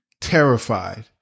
terrified